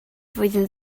flwyddyn